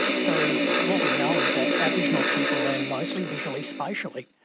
so, what we know is that aboriginal people learn mostly visually, spatially.